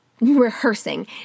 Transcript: rehearsing